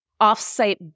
offsite